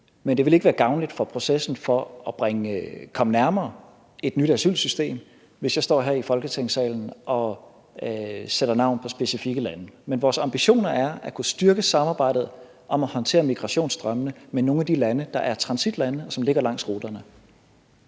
Men det vil ikke være gavnligt for processen med at komme nærmere et nyt asylsystem, hvis jeg står her i Folketingssalen og sætter navn på specifikke lande. Men vores ambitioner er at kunne styrke samarbejdet om at håndtere migrationsstrømmene med nogle af de lande, der er transitlande, og som ligger langs ruterne.